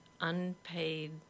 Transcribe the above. unpaid